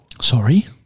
Sorry